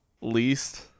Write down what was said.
least